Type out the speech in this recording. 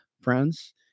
friends